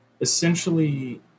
essentially